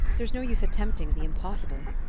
there's no use attempting the impossible.